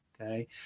Okay